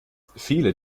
viele